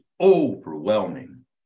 overwhelming